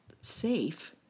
safe